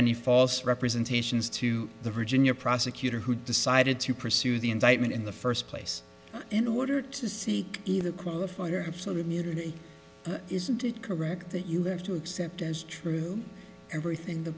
any false representations to the virginia prosecutor who decided to pursue the indictment in the first place in order to seek either qualify or have some immunity isn't it correct that you have to accept as true everything the